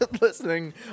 listening